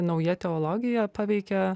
nauja teologija paveikia